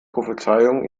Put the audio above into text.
prophezeiungen